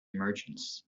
merchants